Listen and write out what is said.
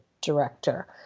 director